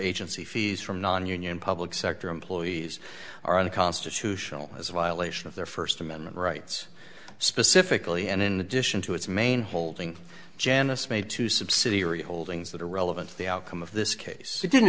agency fees from nonunion public sector employees are unconstitutional as a violation of their first amendment rights specifically and in addition to its main holding janice made to subsidiary holdings that are relevant to the outcome of this case you didn't